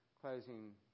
closing